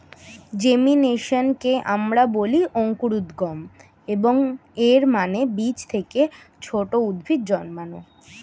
জেমিনেশনকে আমরা বলি অঙ্কুরোদ্গম, এবং এর মানে বীজ থেকে ছোট উদ্ভিদ জন্মানো